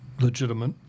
legitimate